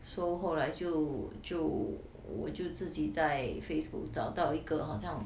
so 后来就就我就自己在 Facebook 找到一个好像